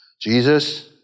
Jesus